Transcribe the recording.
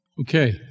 Okay